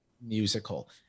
musical